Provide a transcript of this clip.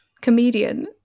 Comedian